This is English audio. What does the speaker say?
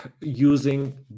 using